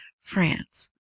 France